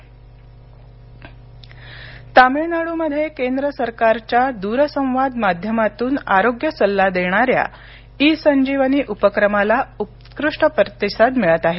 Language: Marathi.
डु संजीवनी तामिळनाडूमध्ये केंद्र सरकारच्या दूरसंवाद माध्यमातून आरोग्य सल्ला देणाऱ्या इ संजीवनी या उपक्रमाला उत्कृष्ट प्रतिसाद मिळत आहे